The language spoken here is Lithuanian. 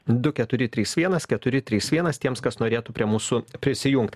du keturi trys vienas keturi trys vienas tiems kas norėtų prie mūsų prisijungt